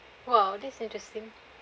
!wow! that's interesting